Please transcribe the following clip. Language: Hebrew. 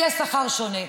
יהיה שכר שונה.